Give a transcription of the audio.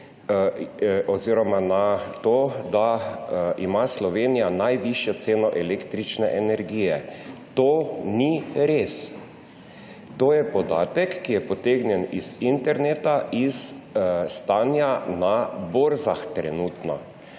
oziroma na to, da ima Slovenija najvišjo ceno električne energije. To ni res. To je podatek, ki je potegnjen z interneta iz trenutnega